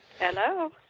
Hello